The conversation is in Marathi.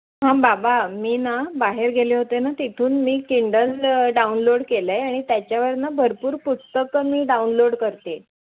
बाबा मी ना बाहेर गेले होते ना तिथून मी किंडल डाउनलोड केलं आहे आणि त्याच्यावरून भरपूर पुस्तकं मी डाउनलोड करते